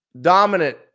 dominant